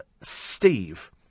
Steve